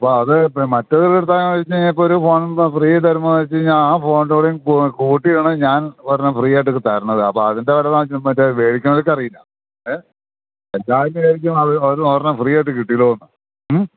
അപ്പോള് അത് മറ്റേതെടുത്തു കഴിഞ്ഞാല് ഇപ്പോഴൊരു ഫോൺ ഫ്രീ തരുമോ എന്നു ചോദിച്ചുകഴിഞ്ഞാല് ആ ഫോണിന്റെ വിലയും കൂട്ടിയാണ് ഞാൻ ഒരെണ്ണം ഫ്രീയായിട്ടു തരുന്നത് അപ്പോള് അതിൻ്റെ വില മറ്റേ വാങ്ങിക്കുന്നവർക്കറിയില്ല ഏ എല്ലാവരും വിചാരിക്കും ഒരെണ്ണം ഫ്രീയായിട്ട് കിട്ടിയല്ലോ എന്ന് മ്മ്